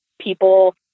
people